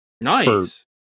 nice